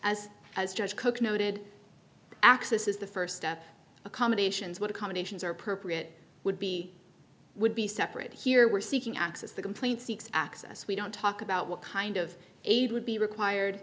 as as judge cook noted access is the first step accommodations what accommodations are appropriate would be would be separate here we're seeking access the complaint seeks access we don't talk about what kind of aid would be required